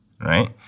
Right